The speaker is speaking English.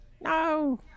No